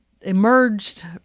emerged